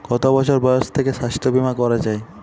কত বছর বয়স থেকে স্বাস্থ্যবীমা করা য়ায়?